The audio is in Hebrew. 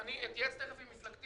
אני אתייעץ תכף עם מפלגתי,